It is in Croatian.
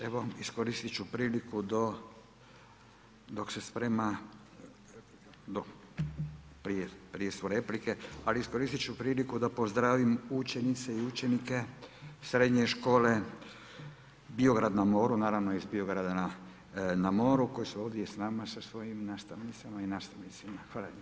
Evo iskoristiti ću priliku dok se sprema, prije su replike, ali iskoristi ću priliku da pozdravim učenike i učenice srednje škole Biograd na moru, naravno iz Biograda na moru, koji su ovdje s nama sa svojim nastavnicama i nastavnicima.